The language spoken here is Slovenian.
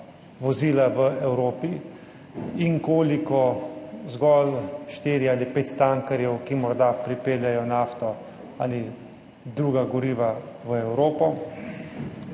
vozila v Evropi in koliko zgolj štirje ali pet tankerjev, ki morda pripeljejo nafto ali druga goriva v Evropo.